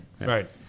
Right